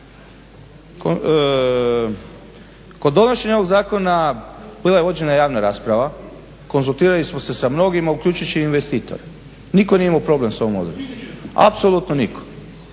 kod donošenja ovog zakona bila je vođena javna rasprava, konzultirali smo se mnogima uključujući i investitore. Nitko nije imao problem sa ovom odredbom, apsolutno nitko.